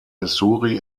missouri